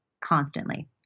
constantly